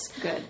Good